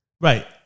Right